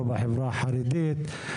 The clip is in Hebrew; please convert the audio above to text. לא בחברה החרדית,